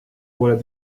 poole